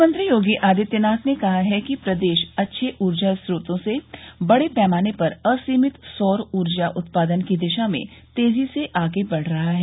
मुख्यमंत्री योगी आदित्यनाथ ने कहा है कि प्रदेश अच्छे ऊर्जा स्रोतों से बड़े पैमाने पर असीमित सौर ऊर्जा उत्पादन की दिशा में तेजी से आगे बढ़ रहा है